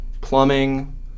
plumbing